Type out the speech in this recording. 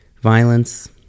violence